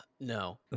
no